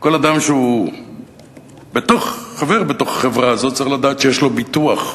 כל אדם שהוא חבר בתוך החברה הזאת צריך לדעת שיש לו ביטוח.